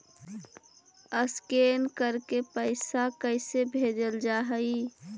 Scan करके पैसा कैसे भेजल जा हइ?